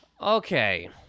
Okay